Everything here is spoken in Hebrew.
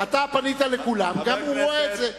אתה פנית לכולם, גם הוא רואה את זה.